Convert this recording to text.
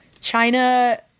China